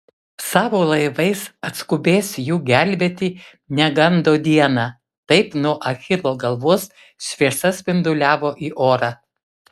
savo laivais atskubės jų gelbėti negando dieną taip nuo achilo galvos šviesa spinduliavo į orą